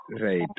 right